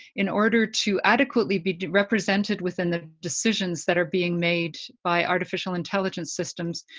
in order to adequately be represented within the decisions that are being made by artificial intelligence systems,